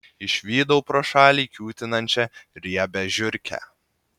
išvydau pro šalį kiūtinančią riebią žiurkę